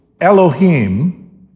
Elohim